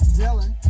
Dylan